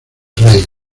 rey